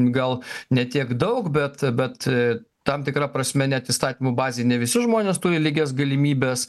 gal ne tiek daug bet bet tam tikra prasme net įstatymų bazėj ne visi žmonės turi lygias galimybes